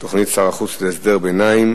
תוכנית שר החוץ להסדר ביניים,